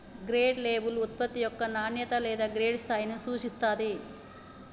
grade label ఉత్పత్తి యొక్క నాణ్యత లేదా గ్రేడ్ స్థాయిని సూచిత్తాంది